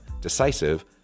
decisive